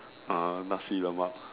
uh Nasi-Lemak